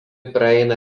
praeina